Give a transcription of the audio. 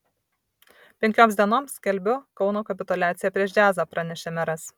penkioms dienoms skelbiu kauno kapituliaciją prieš džiazą pranešė meras